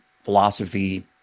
Philosophy